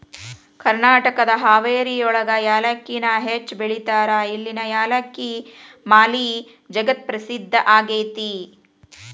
ಕರ್ನಾಟಕದ ಹಾವೇರಿಯೊಳಗ ಯಾಲಕ್ಕಿನ ಹೆಚ್ಚ್ ಬೆಳೇತಾರ, ಇಲ್ಲಿನ ಯಾಲಕ್ಕಿ ಮಾಲಿ ಜಗತ್ಪ್ರಸಿದ್ಧ ಆಗೇತಿ